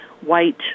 white